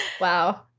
Wow